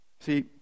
See